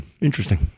Interesting